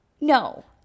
No